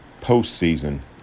postseason